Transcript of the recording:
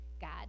God